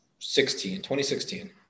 2016